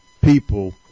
people